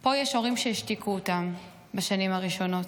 פה יש הורים שהשתיקו אותם בשנים הראשונות,